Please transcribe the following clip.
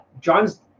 John's